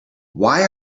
why